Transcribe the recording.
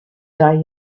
die